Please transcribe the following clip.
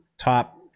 top